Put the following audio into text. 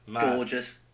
Gorgeous